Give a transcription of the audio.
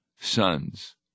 sons